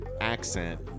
accent